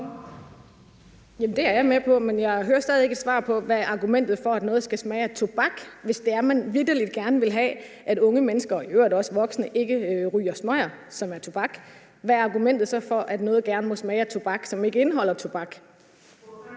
Det er jeg med på, men jeg hører stadig ikke et svar på, hvad argumentet er for, at noget skal smage af tobak, hvis det er, at man vitterlig gerne vil have, at unge mennesker og i øvrigt også voksne ikke ryger smøger, som er tobak. Hvad er argumentet så for, at noget, som ikke indeholder tobak,